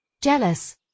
Jealous